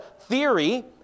theory